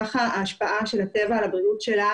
כך ההשפעה של הטבע על הבריאות שלה